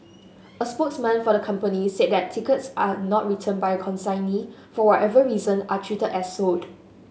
a spokesman for the company said that tickets not returned by a consignee for whatever reason are treated as sold